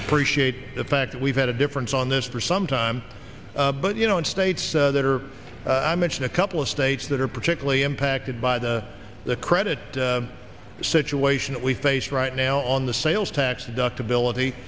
appreciate the fact that we've had a difference on this for some time but you know in states that are i mentioned a couple of states that are particularly impacted by the the credit situation that we face right now on the sales tax deductibility